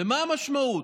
ומה המשמעות?